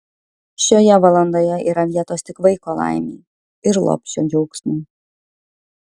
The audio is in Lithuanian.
šioje valandoje yra vietos tik vaiko laimei ir lopšio džiaugsmui